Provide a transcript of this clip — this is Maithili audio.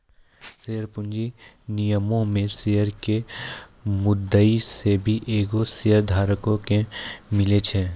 शेयर पूंजी निगमो मे शेयरो के मुद्दइ मे से एगो शेयरधारको के मिले छै